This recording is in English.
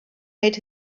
made